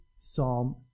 psalm